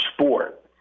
sport